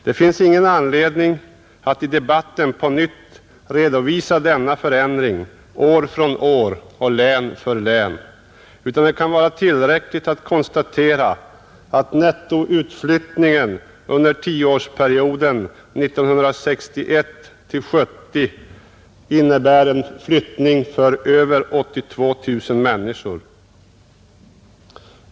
Det finns ingen anledning att i debatten på nytt redovisa denna förändring år från år och län för län, utan det kan vara tillräckligt att konstatera att nettoutflyttningen från de fyra nordligaste länen under tioårsperioden 1961 t.o.m. 1970 uppgick till över 82 000 personer.